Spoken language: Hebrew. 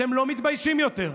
אתם לא מתביישים יותר.